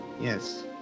Yes